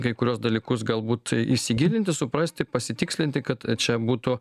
kai kuriuos dalykus galbūt įsigilinti suprasti pasitikslinti kad čia būtų